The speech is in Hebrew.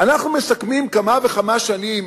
אנחנו מסכמים כמה וכמה שנים